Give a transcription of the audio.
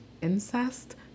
incest